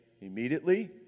Immediately